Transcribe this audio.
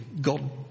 God